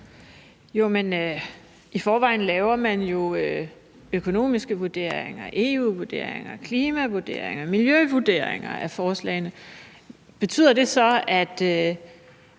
(SF): I forvejen laver man jo økonomiske vurderinger, EU-vurderinger, klimavurderinger og miljøvurderinger af forslagene. Betyder det så, at